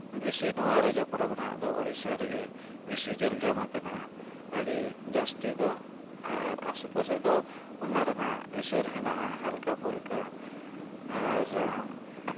ᱵᱮᱥᱤ ᱱᱚᱣᱟ ᱨᱚᱡᱚ ᱯᱚᱨᱚᱵᱽ ᱨᱮᱫᱚ ᱳᱰᱤᱥᱟ ᱨᱮᱜᱮ ᱵᱮᱥᱤ ᱧᱮᱞ ᱧᱟᱢ ᱟᱠᱟᱱᱟ ᱟᱹᱰᱤ ᱡᱟᱹᱥᱛᱤ ᱫᱚ ᱟᱨ ᱟᱥᱮᱯᱟᱥᱮ ᱫᱚ ᱚᱱᱟ ᱨᱮᱱᱟᱜ ᱮᱥᱮᱨ ᱦᱮᱱᱟᱜᱼᱟ ᱦᱟᱞᱠᱟ ᱯᱩᱞᱠᱟ ᱟᱨ